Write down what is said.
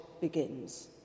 begins